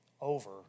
over